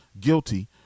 guilty